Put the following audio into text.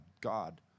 God